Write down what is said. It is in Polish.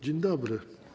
Dzień dobry.